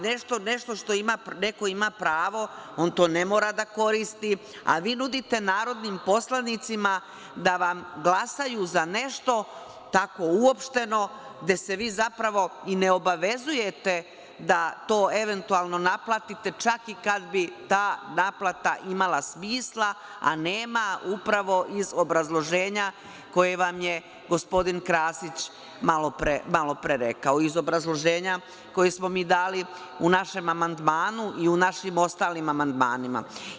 Nešto na šta neko ima pravo, on to ne mora da koristi, a vi nudite narodnim poslanicima da vam glasaju za nešto tako uopšteno, gde se vi zapravo i ne obavezujete da to eventualno naplatite, čak i kad bi ta naplata imala smisla, a nema upravo iz obrazloženja koje vam je gospodin Krasić malopre rekao, iz obrazloženja koje smo mi dali u našem amandmanu i u našim ostalim amandmanima.